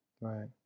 Right